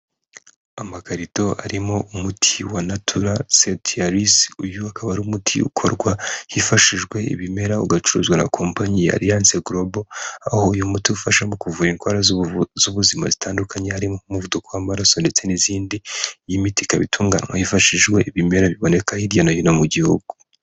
Amakarito arimo umuti wa natura setiyarize, uyu ukaba ari umuti ukorwa hifashijwe ibimera, ugacuruzwa na kompanyi ya arinse gorobo, aho uyu umuti ufasha mu kuvura indwara z'ubuzima zitandukanye; harimo umuvuduko w'amaraso ndetse n'izindi. Iyi miti ikaba itunganywa hifashishijwe ibimera biboneka hirya no hino mu gihugu.